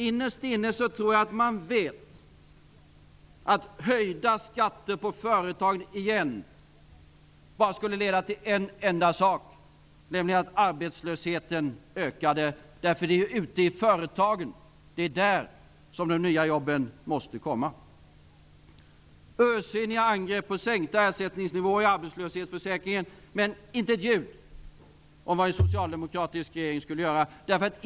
Innerst inne tror jag att de vet att åter höjda skatter på företag bara skulle leda till en enda sak, nämligen att arbetslösheten ökade, därför att det ju är ute i företagen som de nya jobben måste komma. Det är ursinniga angrepp på sänkta ersättningsnivåer i arbetslöshetsförsäkringen, men inte ett ljud om vad en socialdemokratisk regering skulle göra.